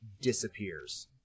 disappears